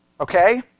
okay